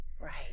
Right